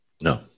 No